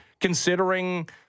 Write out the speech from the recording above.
considering